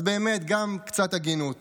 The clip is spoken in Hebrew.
אז באמת, קצת הגינות.